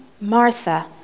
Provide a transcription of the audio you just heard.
Martha